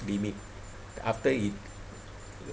limit after it